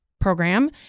program